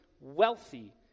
wealthy